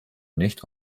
nicht